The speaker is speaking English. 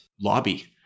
lobby